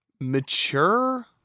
mature